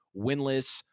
winless